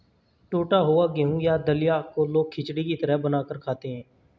टुटा हुआ गेहूं या दलिया को लोग खिचड़ी की तरह बनाकर खाते है